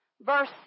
verse